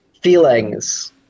Feelings